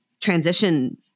transition